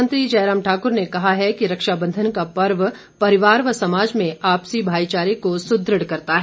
मुख्यमंत्री जयराम ठाकुर ने कहा है कि रक्षाबंधन का पर्व परिवार व समाज में आपसी भाईचारे को सुदृढ़ करता है